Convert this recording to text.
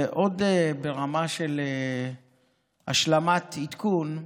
ועוד ברמה של השלמת עדכון,